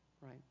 Right